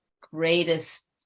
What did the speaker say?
greatest